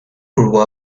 grew